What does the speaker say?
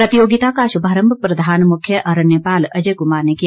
प्रतियोगिता का शुभारंभ प्रधान मुख्य अरण्यपाल अजय कुमार ने किया